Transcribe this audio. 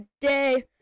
day